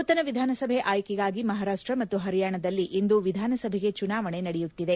ನೂತನ ವಿಧಾನಸಭೆ ಆಯ್ಕೆಗಾಗಿ ಮಹಾರಾಷ್ಟ್ರ ಮತ್ತು ಹರಿಯಾಣದಲ್ಲಿ ಇಂದು ವಿಧಾನಸಭೆಗೆ ಚುನಾವಣೆ ನಡೆಯುತ್ತಿದೆ